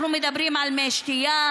אנחנו מדברים על מי שתייה,